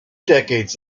decades